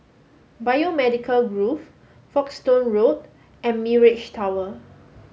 Biomedical Grove Folkestone Road and Mirage Tower